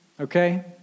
Okay